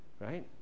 Right